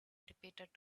repeated